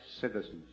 citizens